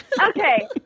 okay